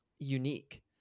unique